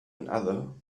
another